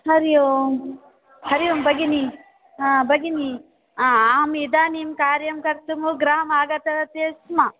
हरियों हरोयों बगिनि हा बगिनि अहमिदानीं कार्यं कर्तुं गृहमागतवति स्म